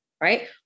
right